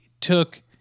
took